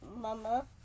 Mama